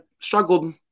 struggled